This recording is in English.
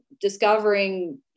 discovering